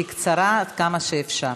בקצרה עד כמה שאפשר.